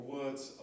words